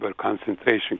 concentration